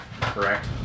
correct